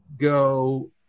go